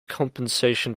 compensation